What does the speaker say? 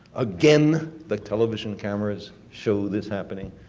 again, the television cameras, show this happening.